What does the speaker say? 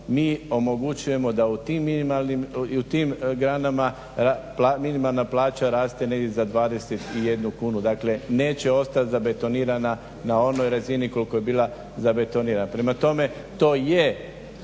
mi omogućujemo da i u tim granama minimalna plaća raste negdje za 21 kunu, dakle neće ostati zabetonirana na onoj razini koliko je bila zabetonirana. Prema tome, to je